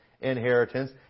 inheritance